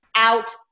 Out